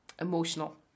emotional